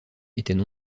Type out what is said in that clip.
étaient